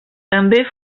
també